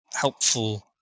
helpful